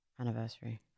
Anniversary